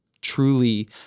truly